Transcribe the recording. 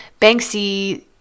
Banksy